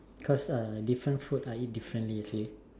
cause different food I eat differently usually